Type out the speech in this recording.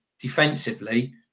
defensively